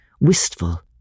wistful